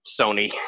Sony